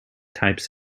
types